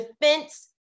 Defense